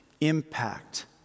impact